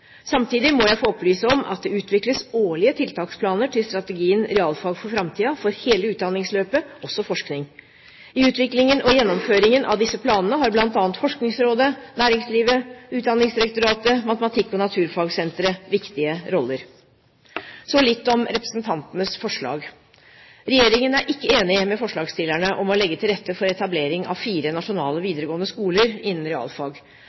Samtidig må jeg få opplyse om at det utvikles årlige tiltaksplaner til strategien Realfag for framtida for hele utdanningsløpet, også forskning. I utviklingen og gjennomføringen av disse planene har bl.a. Forskningsrådet, næringslivet, Utdanningsdirektoratet, Matematikksenteret og Naturfagsenteret viktige roller. Så litt om representantenes forslag: Regjeringen er ikke enig med forslagsstillerne om å legge til rette for etablering av fire nasjonale videregående skoler innen realfag.